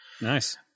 Nice